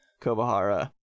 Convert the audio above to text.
Kobahara